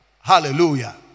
hallelujah